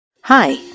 Hi